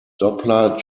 doppler